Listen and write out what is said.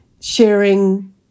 sharing